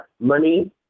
money